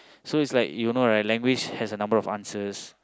so it's like you know right language has a number of answers